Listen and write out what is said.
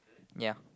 ya